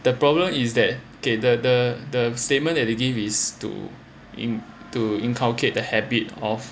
the problem is that okay the the statement that they give is to inculcate the habit of